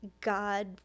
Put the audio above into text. God